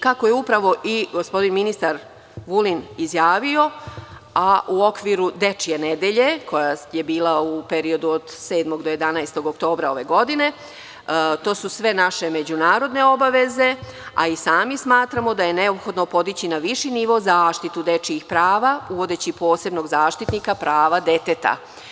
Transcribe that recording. Kako je upravo gospodin ministar Vulin izjavio, a u okviru Dečije nedelje, a koja je bila u periodu od 7. do 11. oktobra ove godine, to su sve naše međunarodne obaveze, a i sami smatramo da je neophodno podići na viši nivo zaštitu, dečijih prava, uvodeći posebnog zaštitnika prava deteta.